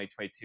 2022